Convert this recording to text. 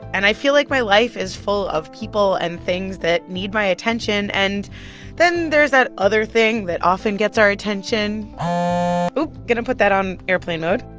and i feel like my life is full of people and things that need my attention. and then there's that other thing that often gets our attention oop, going to put that on airplane mode.